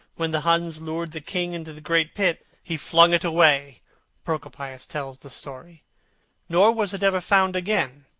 when the huns lured the king into the great pit, he flung it away procopius tells the story nor was it ever found again,